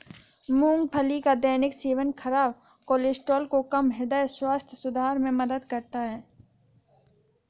मूंगफली का दैनिक सेवन खराब कोलेस्ट्रॉल को कम, हृदय स्वास्थ्य सुधार में मदद करता है